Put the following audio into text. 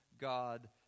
God